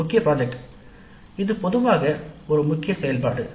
முக்கிய திட்டம் இது பொதுவாக ஒரு முக்கிய செயல்பாடு